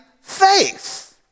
faith